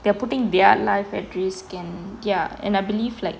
they are putting their lives at risk and ya and I believe like